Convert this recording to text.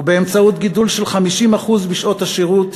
ובאמצעות גידול של 50% בשעות השירות,